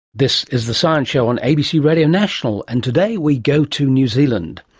this is the science show on abc radio national. and today we go to new zealand.